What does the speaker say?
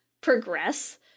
progress